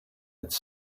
its